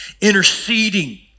interceding